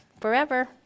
forever